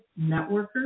networkers